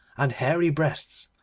and hairy breasts,